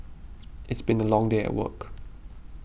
it's been a long day at work